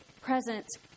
presence